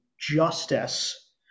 justice